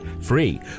Free